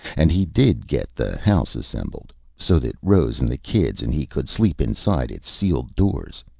and he did get the house assembled so that rose and the kids and he could sleep inside its sealed doors.